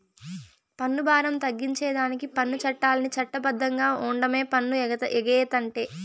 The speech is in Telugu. పన్ను బారం తగ్గించేదానికి పన్ను చట్టాల్ని చట్ట బద్ధంగా ఓండమే పన్ను ఎగేతంటే